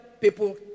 people